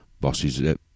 Bosses